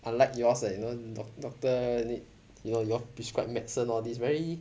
unlike yours leh you know doctor need you know you all prescribe medicine all this very